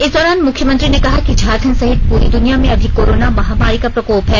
इस दौरान मुख्यमंत्री ने कहा कि झारखंड सहित पूरी दुनिया में अभी कोरोना महामारी का प्रकोप है